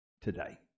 today